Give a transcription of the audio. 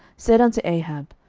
said unto ahab,